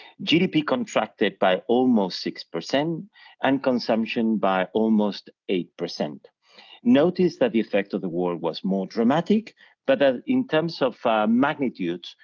gdp contracted by almost six percent and consumption by almost eight. notice that the effect of the war was more dramatic but ah in terms of magnitude,